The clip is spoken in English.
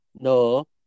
No